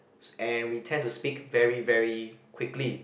s~ and we tend to speak very very quickly